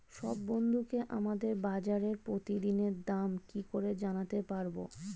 সব বন্ধুকে আমাকে বাজারের প্রতিদিনের দাম কি করে জানাতে পারবো?